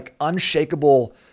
unshakable